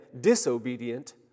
disobedient